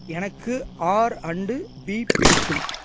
எனக்கு R and B பிடிக்கும்